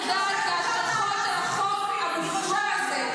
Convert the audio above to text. --- הוא בא להגן על --- אבל היא חושבת שאתה אנס ופדופיל.